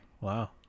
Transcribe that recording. Wow